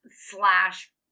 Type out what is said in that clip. slash